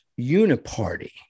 uniparty